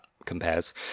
compares